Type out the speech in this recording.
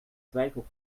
twijfel